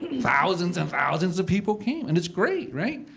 thousands and thousands of people came. and it's great, right?